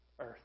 earth